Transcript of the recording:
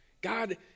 God